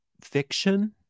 fiction